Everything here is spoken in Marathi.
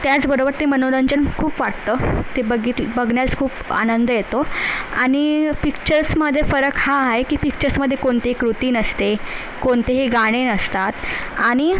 त्याचबरोबर ते मनोरंजन खूप वाटतं ते बघितलं बघण्यास खूप आनंद येतो आणि पिक्चर्समधे फरक हा आहे की पिक्चर्समधे कोणते कृती नसते कोणतेही गाणे नसतात आणि